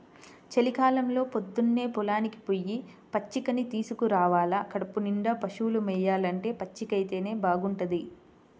చలికాలంలో పొద్దన్నే పొలానికి పొయ్యి పచ్చికని తీసుకురావాల కడుపునిండా పశువులు మేయాలంటే పచ్చికైతేనే బాగుంటది